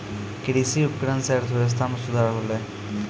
कृषि उपकरण सें अर्थव्यवस्था में सुधार होलय